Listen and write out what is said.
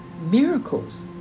miracles